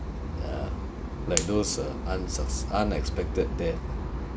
ya like those uh unsus~ unexpected death